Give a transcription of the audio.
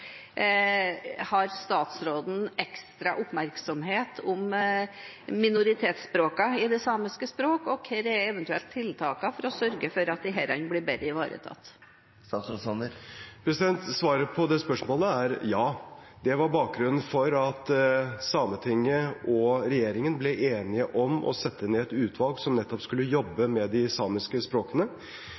Har statsråden ekstra oppmerksomhet på minoritetsspråkene i det samiske språket, og hva er eventuelt tiltakene for å sørge for at disse blir bedre ivaretatt? Svaret på det spørsmålet er ja. Det var bakgrunnen for at Sametinget og regjeringen ble enige om å sette ned et utvalg som nettopp skulle jobbe med de samiske språkene.